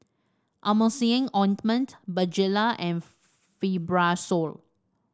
Emulsying Ointment Bonjela and Fibrosol